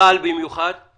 במיוחד לקראת אל-על.